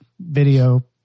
Video